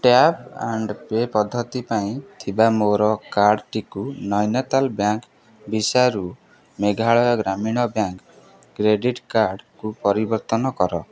tap and pay ପଦ୍ଧତି ପାଇଁ ଥିବା ମୋର କାର୍ଡ଼ଟିକୁ ନୈନିତାଲ ବ୍ୟାଙ୍କ ଭିସାରୁ ମେଘାଳୟ ଗ୍ରାମୀଣ ବ୍ୟାଙ୍କ କ୍ରେଡ଼ିଟ୍ କାର୍ଡ଼କୁ ପରିବର୍ତ୍ତନ କର